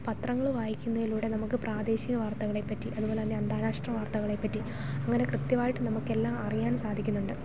പത്രങ്ങൾ വായിക്കുന്നതിലൂടെ നമുക്ക് പ്രാദേശിക വാർത്തകളെപ്പറ്റി അതുപോലെ തന്നെ അന്താരാഷ്ട്ര വാർത്തകളെപ്പറ്റി അങ്ങനെ കൃത്യവായിട്ട് നമുക്ക് എല്ലാം അറിയാൻ സാധിക്കുന്നുണ്ട്